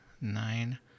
nine